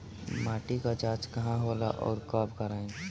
माटी क जांच कहाँ होला अउर कब कराई?